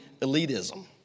elitism